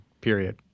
period